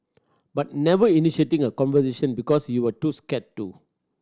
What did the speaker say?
but never initiating a conversation because you were too scared to